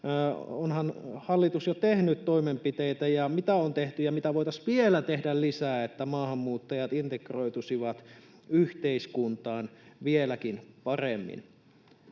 onhan hallitus tehnyt toimenpiteitä, mitä on tehty ja mitä voitaisiin vielä tehdä lisää, että maahanmuuttajat integroituisivat yhteiskuntaan vieläkin paremmin?